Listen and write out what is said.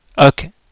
Okay